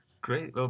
Great